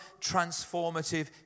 transformative